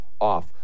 off